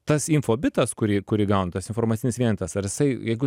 tas infobitas kurį kuri gauna tas informacinis vienetas ar jisai jeigu